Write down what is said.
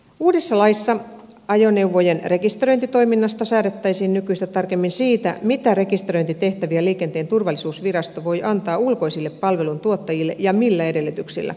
uudessa laissa ajoneuvojen rekisteröintitoiminnasta säädettäisiin nykyistä tarkemmin siitä mitä rekisteröintitehtäviä liikenteen turvallisuusvirasto voi antaa ulkoisille palveluntuottajille ja millä edellytyksillä